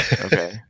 Okay